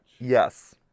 Yes